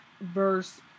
verse